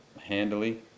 handily